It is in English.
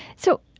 so,